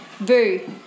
Boo